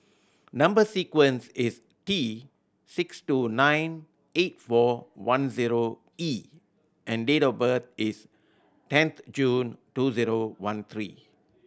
number sequence is T six two nine eight four one zero E and date of birth is tenth June two zero one three